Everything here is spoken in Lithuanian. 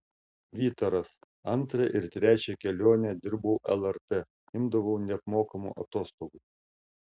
vytaras antrą ir trečią kelionę dirbau lrt imdavau neapmokamų atostogų